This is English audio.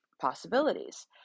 possibilities